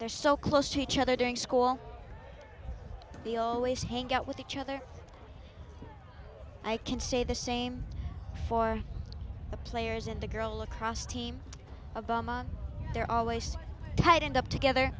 they're so close to each other during school we'll always hang out with each other i can say the same for the players and the girl across team obama they're always tight end up together